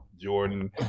Jordan